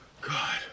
God